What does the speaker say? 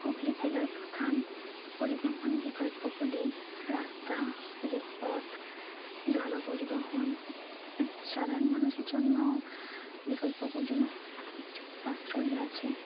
হুগলি জেলার প্রধান পরিবহন বিকল্পগুলি রাস্তা রেলপথ জনপরিবহন সাধারণ মানুষের জন্য বিকল্পগুলি সাশ্রয়ী আছে